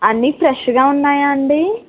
అన్ని ఫ్రెష్గా ఉన్నాయా అండి